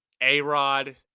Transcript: A-Rod